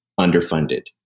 underfunded